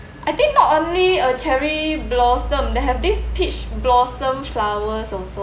I think not only uh cherry blossom they have this peach blossom flowers also